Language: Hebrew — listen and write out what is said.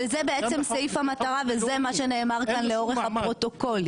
בעצם סעיף המטרה וזה מה שנאמר כאן לאורך הפרוטוקולים.